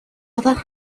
other